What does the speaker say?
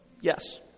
Yes